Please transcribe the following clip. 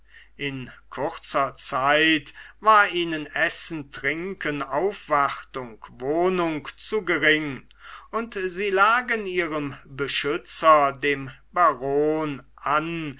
in kurzer zeit war ihnen essen trinken aufwartung wohnung zu gering und sie lagen ihrem beschützer dem baron an